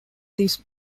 this